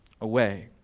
away